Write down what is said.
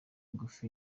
ngufi